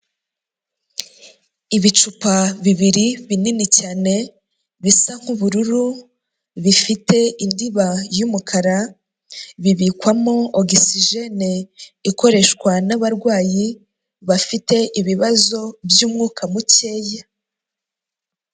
Ibicupa bibiri binini cyane bisa nk'ubururu bifite indiba y'umukara, bibikwamo okisigene ikoreshwa n'abarwayi bafite ibibazo by'umwuka mukeya.